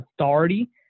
authority